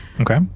Okay